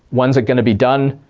when's it going to be done?